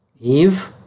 Eve